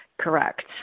Correct